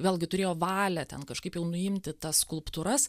vėlgi turėjo valią ten kažkaip jau nuimti tas skulptūras